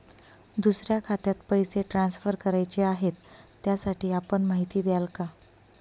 दुसऱ्या खात्यात पैसे ट्रान्सफर करायचे आहेत, त्यासाठी आपण माहिती द्याल का?